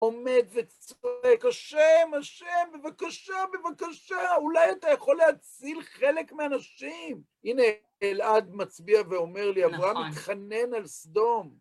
עומד וצועק, השם, השם, בבקשה, בבקשה, אולי אתה יכול להציל חלק מהאנשים? הנה, אלעד מצביע ואומר לי, אברהם מתחנן על סדום.